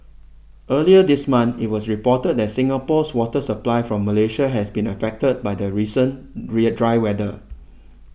earlier this month it was reported that Singapore's water supply from Malaysia has been affected by the recent rear dry weather